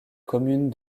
commune